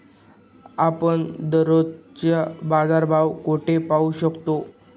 आपण दररोजचे बाजारभाव कोठे पाहू शकतो?